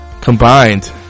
combined